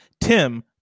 Tim